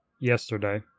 yesterday